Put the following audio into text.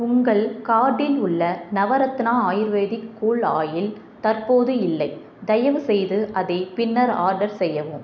உங்கள் கார்ட்டில் உள்ள நவரத்னா ஆயுர்வேதிக் கூல் ஆயில் தற்போது இல்லை தயவுசெய்து அதை பின்னர் ஆர்டர் செய்யவும்